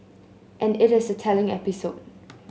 and it is a telling episode